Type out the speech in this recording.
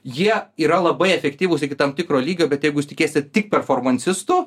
jie yra labai efektyvūs iki tam tikro lygio bet jeigu tikėsi tik performansistu